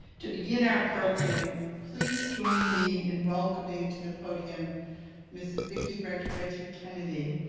to begin our program, please join me in welcoming to the podium mrs. vicki reggie reggie kennedy,